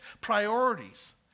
priorities